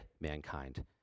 mankind